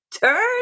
turn